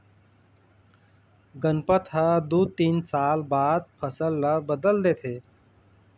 गनपत ह दू तीन साल बाद फसल ल बदल देथे